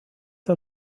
der